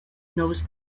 knows